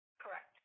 Correct